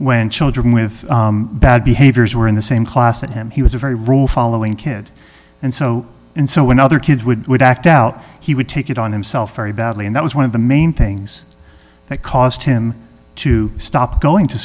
when children with bad behaviors were in the same class at him he was a very rude following kid and so and so when other kids would would act out he would take it on himself very badly and that was one of the main things that caused him to stop going to